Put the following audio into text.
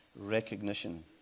recognition